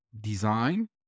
design